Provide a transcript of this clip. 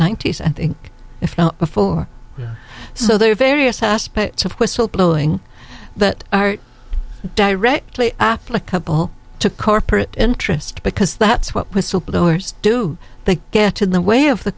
ninety's i think if not before so there are various aspects of whistle blowing that are directly applicable to corporate interest because that's what whistleblowers do they get in the way of the